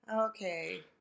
Okay